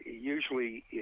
usually